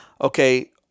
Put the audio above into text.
okay